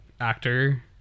actor